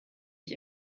ich